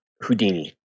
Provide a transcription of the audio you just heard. Houdini